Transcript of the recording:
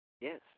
Yes